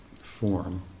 form